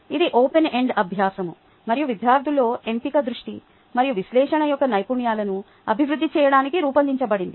ఇది open end అభ్యాసo మరియు విద్యార్థులలో ఎంపిక దృష్టి మరియు విశ్లేషణ యొక్క నైపుణ్యాలను అభివృద్ధి చేయడానికి రూపొందించబడింది